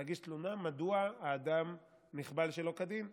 להגיש תלונה מדוע האדם נחבל שלא כדין.